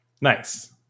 Nice